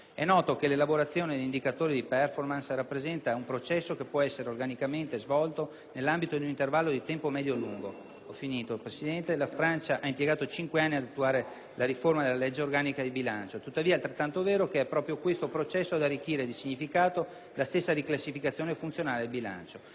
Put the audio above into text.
È noto che l'elaborazione di indicatori di *performance* rappresenta un processo che può essere organicamente svolto nell'ambito di un intervallo di tempo medio-lungo (la Francia ha impiegato 5 anni ad attuare la riforma della legge organica del bilancio), tuttavia è altrettanto vero che è proprio questo processo ad arricchire di significato la stessa riclassificazione funzionale del bilancio.